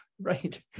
right